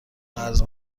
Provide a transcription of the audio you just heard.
قرض